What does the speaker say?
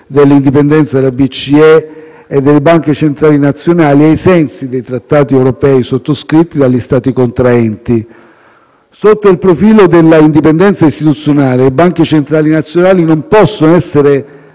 dell'indipendenza della BCE e delle Banche centrali nazionali, ai sensi dei trattati europei sottoscritti dagli Stati contraenti. Sotto il profilo dell'indipendenza istituzionale, le Banche centrali nazionali non possono essere